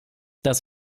das